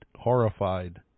horrified